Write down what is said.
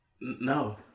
No